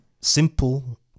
simple